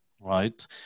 right